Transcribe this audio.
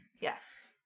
Yes